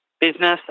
business